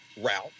route